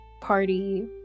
Party